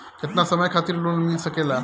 केतना समय खातिर लोन मिल सकेला?